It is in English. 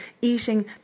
eating